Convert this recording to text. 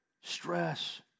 Stress